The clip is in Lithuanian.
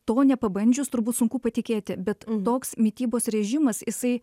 to nepabandžius turbūt sunku patikėti bet toks mitybos rėžimas jisai